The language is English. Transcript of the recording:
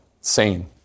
sane